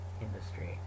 industry